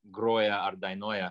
groja ar dainuoja